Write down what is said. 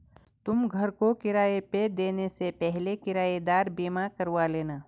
तुम घर को किराए पे देने से पहले किरायेदार बीमा करवा लेना